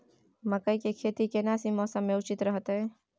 मकई के खेती केना सी मौसम मे उचित रहतय?